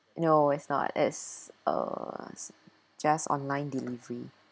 no it's not it's uh just online delivery